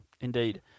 indeed